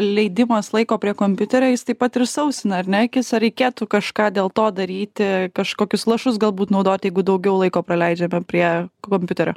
leidimas laiko prie kompiuterio jis taip pat ir sausina ar ne akis ar reikėtų kažką dėl to daryti kažkokius lašus galbūt naudot jeigu daugiau laiko praleidžiame prie kompiuterio